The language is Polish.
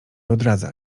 odradza